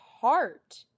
heart